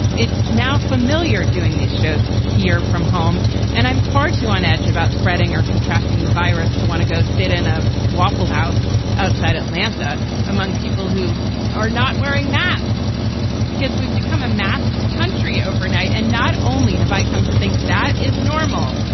it's now familiar doing these shows here from home and i'm far too on edge about spreading or contracting the virus to want to go sit in a waffle house outside atlanta among people who are not wearing masks because we've become a masked country overnight. and not only have i come to think that is normal,